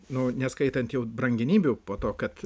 nu neskaitant jau brangenybių po to kad